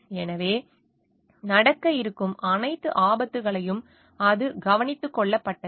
எனவே நடக்கவிருக்கும் அனைத்து ஆபத்துகளையும் அது கவனித்துக் கொள்ளப்பட்டது